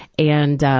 and